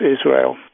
Israel